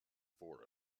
four